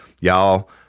Y'all